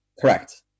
Correct